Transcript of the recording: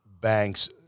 banks